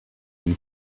you